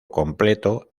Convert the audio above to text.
completo